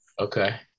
Okay